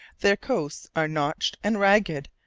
their coasts are notched and ragged,